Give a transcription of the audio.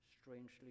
strangely